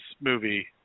movie